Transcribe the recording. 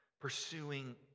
pursuing